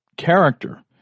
character